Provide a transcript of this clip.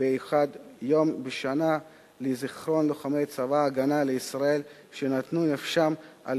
מייחד יום בשנה ל"זיכרון גבורה ללוחמי צבא-הגנה לישראל שנתנו נפשם על